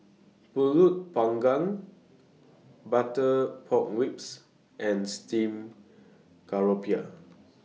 Pulut Panggang Butter Pork Ribs and Steamed Garoupa